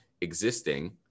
existing